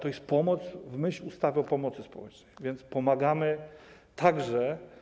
To jest pomoc w myśl ustawy o pomocy społecznej, więc pomagamy także.